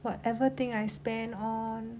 whatever thing I spend on